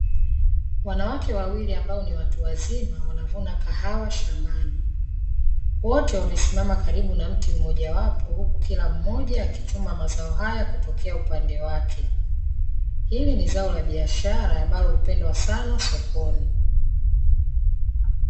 Wanawake wawili ambao ni watu wazima wanavuna kahawa shambani, wote wamesimama karibu na mti mmoja wapo huku kila mmoja akichuma mazao haya kutokea upande wake. Hili ni zao la biashara ambalo hupendwa sana sokoni.